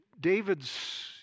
David's